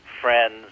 friends